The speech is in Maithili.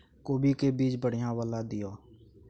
कोबी के बीज बढ़ीया वाला दिय?